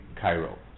Cairo